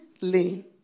lane